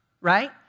right